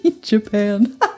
Japan